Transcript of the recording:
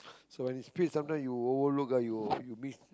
so when you speed sometimes you overlook ah you'll you miss